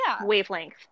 wavelength